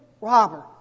Robert